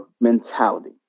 mentality